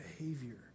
behavior